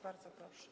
Bardzo proszę.